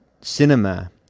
cinema